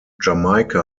jamaica